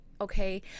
okay